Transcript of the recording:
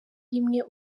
rimwe